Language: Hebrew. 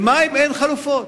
למים אין חלופות.